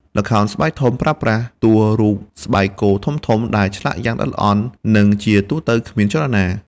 ល្ខោនស្បែកធំប្រើប្រាស់ តួរូបស្បែកគោធំៗ ដែលឆ្លាក់យ៉ាងល្អិតល្អន់ និងជាទូទៅគ្មានចលនា។